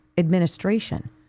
Administration